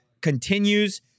continues